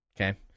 Okay